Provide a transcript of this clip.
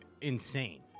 insane